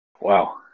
wow